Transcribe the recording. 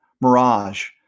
mirage